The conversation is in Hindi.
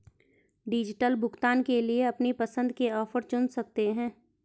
डिजिटल भुगतान के लिए अपनी पसंद के ऑफर चुन सकते है